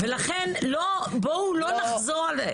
אז לכן בואו לא נחזור.